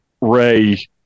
Ray